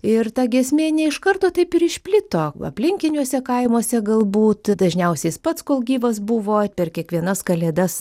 ir ta giesmė ne iš karto taip ir išplito aplinkiniuose kaimuose galbūt dažniausiai jis pats kol gyvas buvo per kiekvienas kalėdas